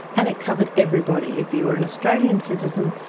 and it covered everybody. if you were an australian citizen,